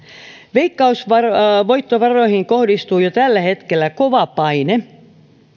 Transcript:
veikkausvoittovaroihin kohdistuu jo tällä hetkellä kova paine